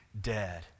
dead